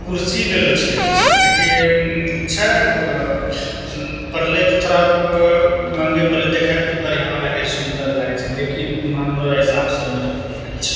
कुरसी लेलहुँ छियै हम जे कि छै पड़लइ थोड़ा महगे पड़लइ देखयमे तऽ बढ़िआँ लगय छै सुन्दर लागय छै लेकिन हमरो हिसाबसँ मजबूत नहि छै